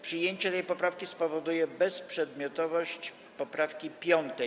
Przyjęcie tej poprawki spowoduje bezprzedmiotowość poprawki 5.